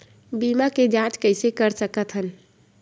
बीमा के जांच कइसे कर सकत हन?